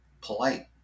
polite